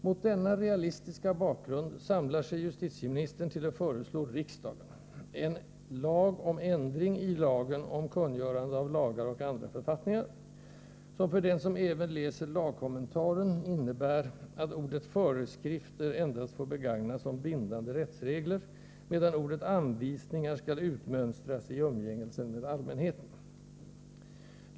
Mot denna realistiska bakgrund samlar sig justitieministern till att föreslå riksdagen en ”Lag om ändring i lagen om kungörande av lagar och andra författningar”, som för den som även läser lagkommentaren innebär att ordet ”föreskrifter” endast får begagnas om bindande rättsregler, medan ordet ”anvisningar” skall utmönstras i umgängelsen med allmänheten.